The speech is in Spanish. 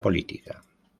política